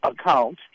account